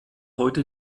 heute